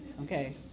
okay